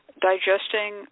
digesting